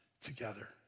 together